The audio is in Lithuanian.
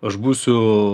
aš būsiu